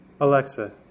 Alexa